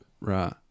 Right